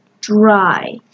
dry